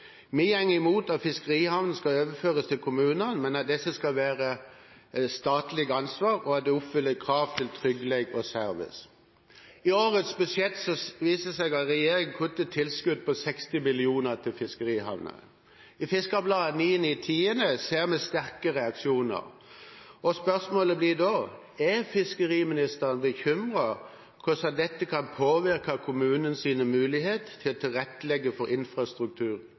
skal overføres til kommunene, men at disse skal være et statlig ansvar, og at de oppfyller kravene til trygghet og service. I årets budsjettforslag viser det seg at regjeringen kutter tilskudd på 60 mill. kr til fiskerihavner. I FiskeribladetFiskaren 9. oktober ser vi sterke reaksjoner. Spørsmålet blir da: Er fiskeriministeren bekymret for hvordan dette kan påvirke kommunenes mulighet til å tilrettelegge for infrastruktur